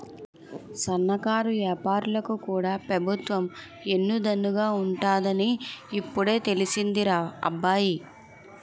సన్నకారు ఏపారాలకు కూడా పెబుత్వం ఎన్ను దన్నుగా ఉంటాదని ఇప్పుడే తెలిసిందిరా అబ్బాయి